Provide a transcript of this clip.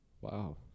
Wow